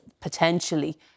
potentially